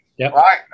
Right